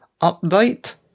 update